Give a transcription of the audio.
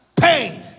Pain